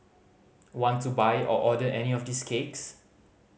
want to buy or order any of these cakes